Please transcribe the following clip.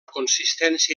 consistència